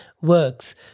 works